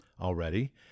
already